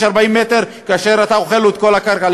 40 מטר כאשר אתה אוכל לו את כל הקרקע,